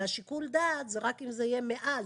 ושיקול דעת זה רק אם זה יהיה מעל.